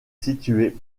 situé